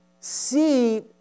see